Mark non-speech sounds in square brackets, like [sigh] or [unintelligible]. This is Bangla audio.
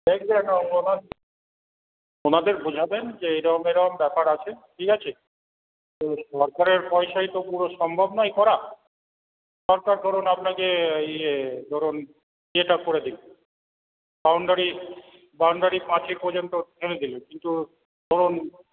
[unintelligible] ওনাদের বোঝাবেন যে এরকম এরকম ব্যাপার আছে ঠিক আছে তো সরকারের পয়সায় তো পুরো সম্ভব নয় করা সরকার ধরুন আপনাকে ইয়ে ধরুন ইয়েটা করে দিল বাউন্ডারি বাউন্ডারি পাঁচিল পর্যন্ত টেনে দিল কিন্তু ধরুন